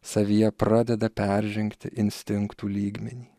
savyje pradeda peržengti instinktų lygmenį